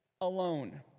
alone